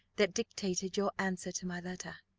that dictated your answer to my letter?